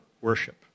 worship